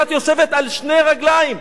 אילת יושבת על שתי רגליים.